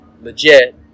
legit